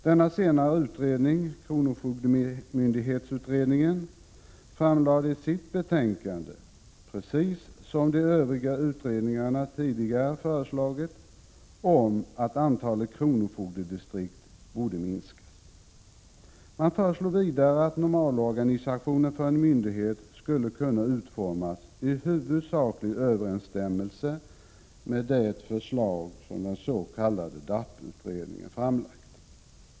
Denna senare utredning, kronofogdemyndighetsutredningen, KFMU, framlade i sitt betänkande, precis som de övriga utredningarna tidigare, förslag om att antalet kronofogdedistrikt borde minskas. Man föreslog vidare att normalorganisationen för en myndighet skulle kunna utformas i huvudsaklig överensstämmelse med det förslag som den s.k. DAP-utredningen framlagt.